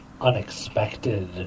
unexpected